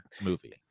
movie